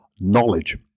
Knowledge